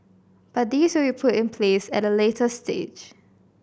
but these will be put in place at a later stage